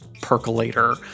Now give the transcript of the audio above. percolator